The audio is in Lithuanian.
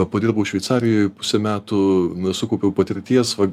padirbau šveicarijoj pusę metų sukaupiau patirties va